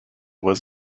was